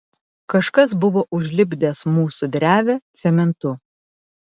kažkas buvo užlipdęs mūsų drevę cementu